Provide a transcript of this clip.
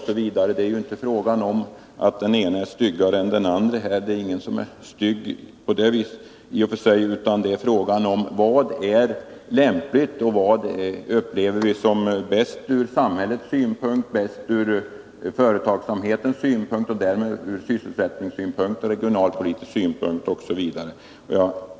Men det är inte fråga om att vara stygg. Vad det handlar om är vad som är lämpligast och bäst ur samhällssynpunkt, ur företagsamhetens synpunkt och därmed ur sysselsättningssynpunkt, regionalpolitisk synpunkt osv.